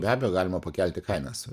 be abejo galima pakelti kainas